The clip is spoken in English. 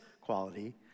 quality